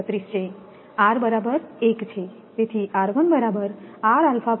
732 છે r બરાબર 1 તેથી 1